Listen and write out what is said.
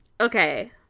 Okay